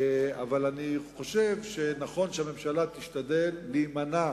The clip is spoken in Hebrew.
אבל אני חושב שנכון שהממשלה תשתדל להימנע